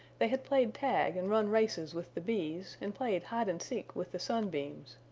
they had played tag and run races with the bees and played hide and seek with the sun beams,